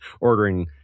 ordering